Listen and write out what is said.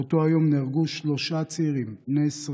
באותו היום נהרגו שלושה צעירים בני 20